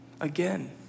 Again